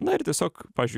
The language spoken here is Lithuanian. na ir tiesiog pavyzdžiui